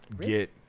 get